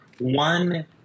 One